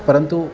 परन्तु